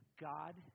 God